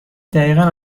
دقیقا